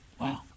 Wow